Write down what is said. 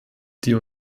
die